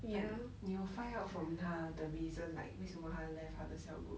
like 你有 find out from 他 the reason like 为什么他 left 他的 cell group